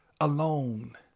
alone